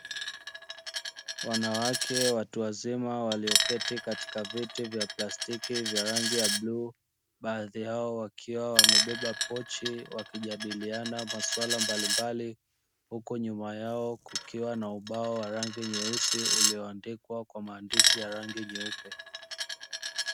Wanawake watu wazima walioketi katika viti vya plastiki vya rangi ya bluu baadhi yao wakiwa wamebeba pochi wakijadiliana maswala mbalimbali, huku nyuma yao kukiwa na ubao wa rangi nyeusi ulioandikwa kwa maandishi ya rangi nyeupe.